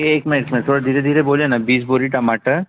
एक मिन्ट मैं थोड़ा धीरे धीरे बोलिए ना बीस बोरी टमाटर